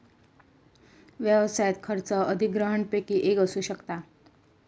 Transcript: व्यवसायात खर्च अधिग्रहणपैकी एक असू शकता